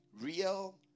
real